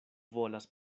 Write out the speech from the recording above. volas